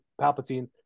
Palpatine